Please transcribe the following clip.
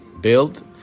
built